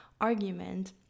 argument